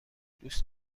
دوست